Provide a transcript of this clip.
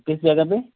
किस जगह पर